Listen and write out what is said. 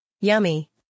Yummy